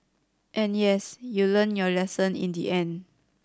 and yes you learnt your lesson in the end